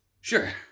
Sure